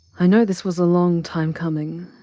i know this was a long time coming,